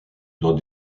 dans